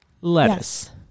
Lettuce